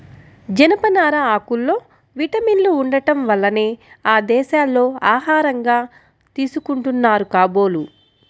జనపనార ఆకుల్లో విటమిన్లు ఉండటం వల్లనే ఆ దేశాల్లో ఆహారంగా తీసుకుంటున్నారు కాబోలు